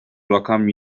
rakam